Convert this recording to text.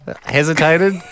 hesitated